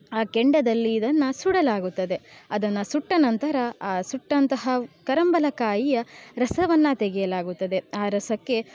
ಆ ಕೆಂಡದಲ್ಲಿ ಇದನ್ನು ಸುಡಲಾಗುತ್ತದೆ ಅದನ್ನು ಸುಟ್ಟ ನಂತರ ಆ ಸುಟ್ಟಂತಹ ಕರಂಬಲ ಕಾಯಿಯ ರಸವನ್ನು ತೆಗೆಯಲಾಗುತ್ತದೆ ಆ ರಸಕ್ಕೆ